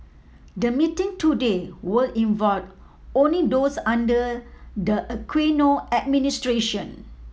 the meeting today will involve only those under the Aquino administration